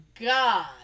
God